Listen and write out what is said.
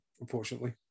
unfortunately